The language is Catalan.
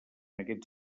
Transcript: aquests